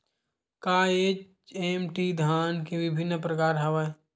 का एच.एम.टी धान के विभिन्र प्रकार हवय?